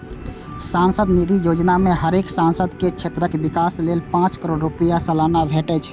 सांसद निधि योजना मे हरेक सांसद के क्षेत्रक विकास लेल पांच करोड़ रुपैया सलाना भेटे छै